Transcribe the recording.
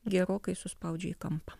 gerokai suspaudžia į kampą